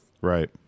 right